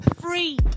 free